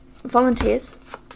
volunteers